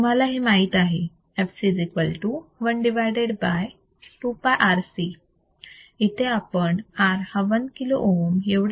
तर तुम्हाला हे माहित आहे fc 1 2 πRC येथे आपण R हा 1 kilo ohm एवढा गृहीत धरू शकतो बरोबर